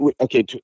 Okay